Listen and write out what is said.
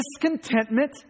discontentment